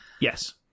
Yes